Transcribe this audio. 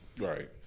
Right